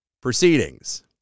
proceedings